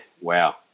wow